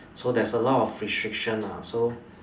so there's a lot of restrictions lah so